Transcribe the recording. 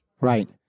Right